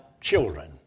children